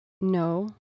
No